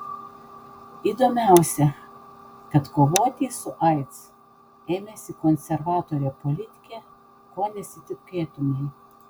įdomiausia kad kovoti su aids ėmėsi konservatorė politikė ko nesitikėtumei